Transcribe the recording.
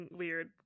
weird